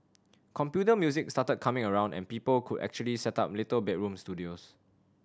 computer music started coming around and people could actually set up little bedroom studios